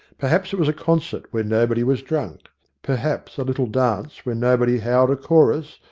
perhaps it was a concert where nobody was drunk perhaps a little dance where nobody howled a chorus,